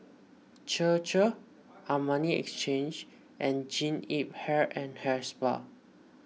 Chir Chir Armani Exchange and Jean Yip Hair and Hair Spa